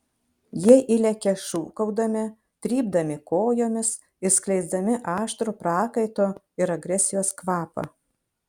jie įlekia šūkaudami trypdami kojomis ir skleisdami aštrų prakaito ir agresijos kvapą